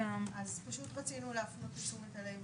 אז פשוט רצינו להפנות את תשומת הלב